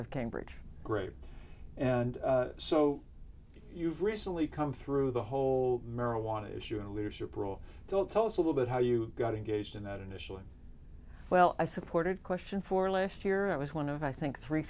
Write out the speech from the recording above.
of cambridge grade and so you've recently come through the whole marijuana issue in a leadership role don't tell us a little bit how you got engaged in that initially well i supported question for last year i was one of i think three